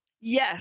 yes